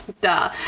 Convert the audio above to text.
Duh